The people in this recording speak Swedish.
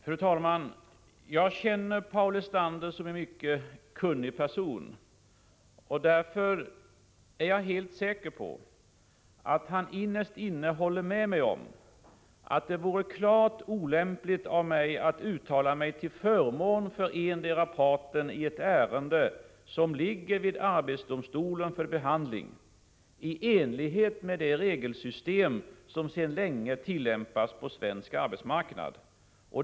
Fru talman! Jag känner Paul Lestander som en mycket kunnig person. Därför är jag helt säker på att han innerst inne håller med mig om att det vore klart olämpligt av mig att uttala mig till förmån för endera parten i ett ärende som ligger hos arbetsdomstolen för behandling i enlighet med det regelsystem som sedan länge tillämpas på svensk arbetsmarknad.